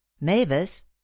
mavis